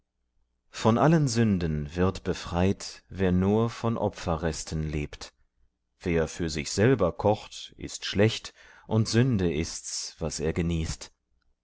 von allen sünden wird befreit wer nur von opferresten lebt wer für sich selber kocht ist schlecht und sünde ist's was er genießt